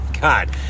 God